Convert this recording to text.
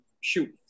shoot